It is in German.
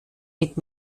mit